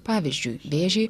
pavyzdžiui vėžį